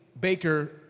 baker